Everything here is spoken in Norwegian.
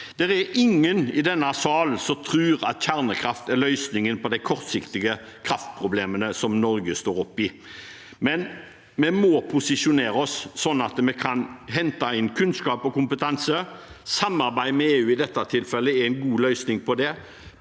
Det er ingen i denne salen som tror at kjernekraft er løsningen på de kortsiktige kraftproblemene som Norge står oppe i, men vi må posisjonere oss så vi kan hente inn kunnskap og kompetanse. Samarbeid med EU er i dette tilfellet en god løsning.